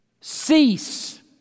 Cease